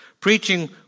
Preaching